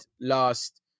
last